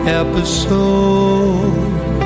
episode